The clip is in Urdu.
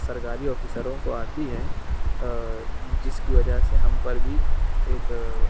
سرکاری آفیسروں کو آتی ہے جس کی وجہ سے ہم پر بھی ایک